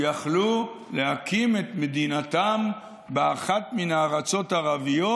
הם יכלו להקים את מדינתם באחת מן הארצות הערביות.